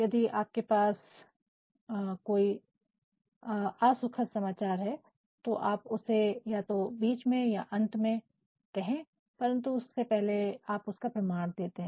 यदि आपके पास कोई आसुखद समाचार है तो आप उसे या तो बीच में या अंत में कहते हैं परंतु उससे पहले आप उसका प्रमाण देते हैं